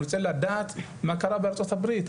אני רוצה לדעת מה קרה בארצות הברית,